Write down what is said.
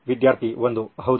ವಿದ್ಯಾರ್ಥಿ 1 ಹೌದು